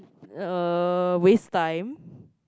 uh waste time